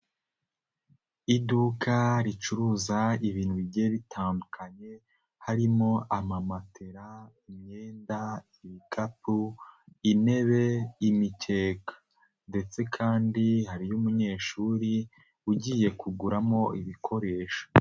Iduka ricuruza ibintu bigiye bitandukanye, harimo amamatera, imyenda, ibikapu, intebe, imikeka. Ndetse kandi hari n'umunyeshuri, ugiye kuguramo ibikoresho.